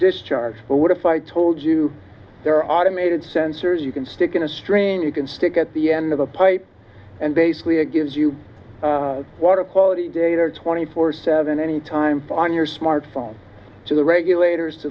discharge but what if i told you there are automated sensors you can stick in a strain you can stick at the end of a pipe and basically it gives you water quality data twenty four seven any time on your smartphone to the regulators to